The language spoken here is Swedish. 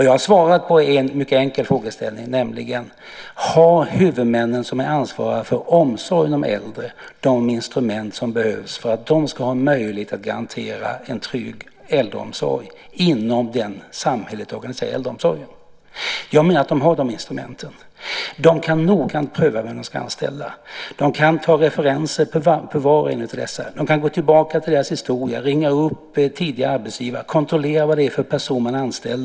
Jag har svarat på en mycket enkel frågeställning, nämligen: Har de huvudmän som är ansvariga för omsorgen om äldre de instrument som behövs för att de ska ha möjlighet att garantera en trygg äldreomsorg inom den samhälleligt organiserade omsorgen? Jag menar att de har de instrumenten. De kan göra en noggrann prövning när de ska anställa. De kan ta fram referenser för var och en av de sökande. De kan gå tillbaka till deras historia, ringa upp tidigare arbetsgivare och kontrollera vad det är för personer som man anställer.